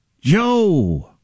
Joe